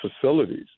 facilities